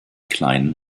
kleinen